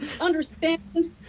understand